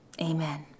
Amen